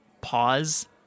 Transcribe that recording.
pause